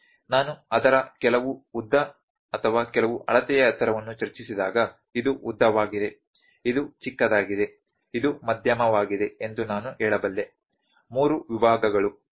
ನಾನು ಅದರ ಕೆಲವು ಉದ್ದ ಅಥವಾ ಕೆಲವು ಅಳತೆಯ ಎತ್ತರವನ್ನು ಚರ್ಚಿಸಿದಾಗ ಇದು ಉದ್ದವಾಗಿದೆ ಇದು ಚಿಕ್ಕದಾಗಿದೆ ಇದು ಮಧ್ಯಮವಾಗಿದೆ ಎಂದು ನಾನು ಹೇಳಬಲ್ಲೆ ಮೂರು ವಿಭಾಗಗಳು ಸರಿ